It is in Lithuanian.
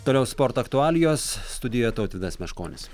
toliau sporto aktualijos studijoje tautvydas meškonis